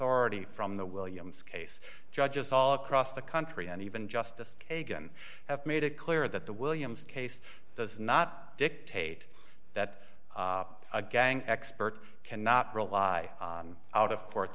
ty from the williams case judges all across the country and even justice kagan have made it clear that the williams case does not dictate that a gang expert cannot rely on out of court